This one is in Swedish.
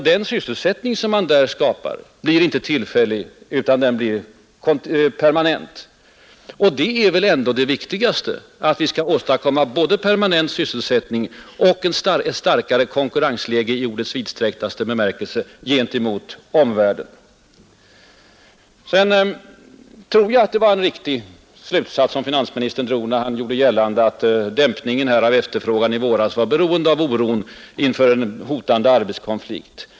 Den sysselsättning som man därigenom skapar blir inte tillfällig utan permanent. Och målet för våra insatser måste ju vara att åstadkomma en permanent sysselsättning och ett starkare konkurrensläge i ordets vidsträcktaste bemärkelse gentemot omvärlden. Det var säkert en riktig slutsats som finansministern drog när han gjorde gällande, att dämpningen av den enskilda efterfrågan i våras var beroende av oron inför en hotande arbetskonflikt.